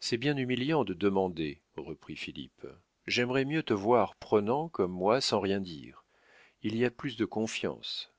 c'est bien humiliant de demander reprit philippe j'aimerais mieux te voir prenant comme moi sans rien dire il y a plus de confiance